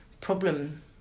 problem